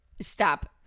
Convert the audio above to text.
stop